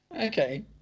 Okay